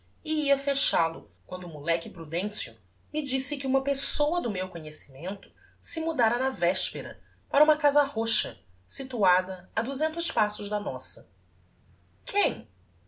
ia fechal-o quando o moleque prudencio me disse que uma pessoa do meu conhecimento se mudára na vespera para uma casa roxa situada a duzentos passos da nossa quem